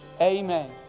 Amen